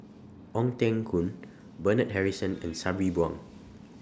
Ong Teng Koon Bernard Harrison and Sabri Buang